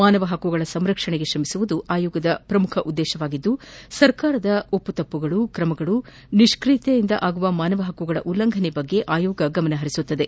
ಮಾನವ ಹಕ್ಕುಗಳ ಸಂರಕ್ಷಣೆಗೆ ತ್ರಮಿಸುವುದು ಆಯೋಗದ ಉದ್ದೇಶವಾಗಿದ್ದು ಸರ್ಕಾರದ ತಪ್ಪು ಒಪ್ಪುಗಳು ಕ್ರಮಗಳು ನಿಷ್ಕಿಯತೆಯಿಂದಾಗುವ ಮಾನವ ಹಕ್ಕುಗಳ ಉಲ್ಲಂಘನೆ ಬಗ್ಗೆ ಆಯೋಗ ಗಮನ ಹರಿಸುವುದು